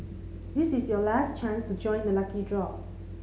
this is your last chance to join the lucky draw